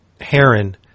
Heron